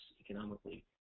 economically